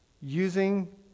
using